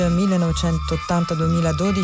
1980-2012